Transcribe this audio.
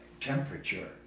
temperature